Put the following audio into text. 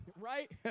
right